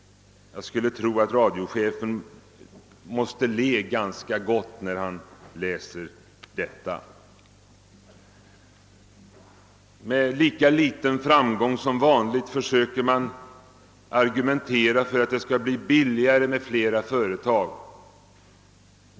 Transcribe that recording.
Jag tror att radiochefen kommer att le ganska gott när han läser detta. Med lika liten framgång som vanligt försöker man med argumentet att det skulle bli billigare med flera företag.